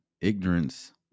ignorance